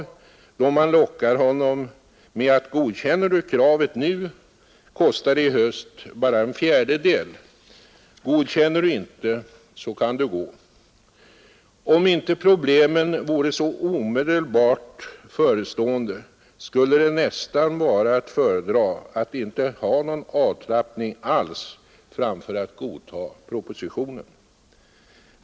Hyresvärden kan då locka med resonemanget: Godkänner du kravet nu, kostar det i höst bara en fjärdedel — godkänner du inte, så kan du gå. Om inte problemen vore så omedelbart förestående skulle det nästan vara att föredra att inte ha någon avtrappning alls framför att godta propositionen.